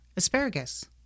Asparagus